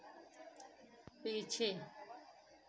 पीछे